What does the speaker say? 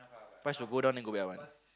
price will go down and go back one